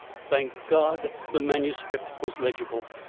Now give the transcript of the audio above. thank god! the manuscript was legible.